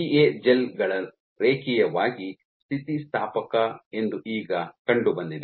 PA gel ಗಳು ರೇಖೀಯವಾಗಿ ಸ್ಥಿತಿಸ್ಥಾಪಕ ಎಂದು ಈಗ ಕಂಡುಬಂದಿದೆ